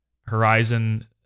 Horizon